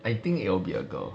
I think it'll be a girl